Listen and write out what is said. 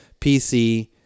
PC